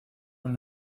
con